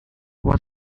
what